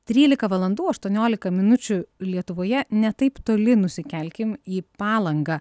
trylika valandų aštuoniolika minučių lietuvoje ne taip toli nusikelkim į palangą